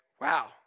Wow